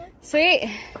Sweet